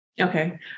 Okay